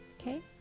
Okay